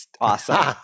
awesome